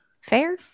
Fair